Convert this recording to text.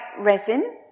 resin